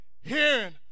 Hearing